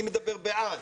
אני מדבר בעד.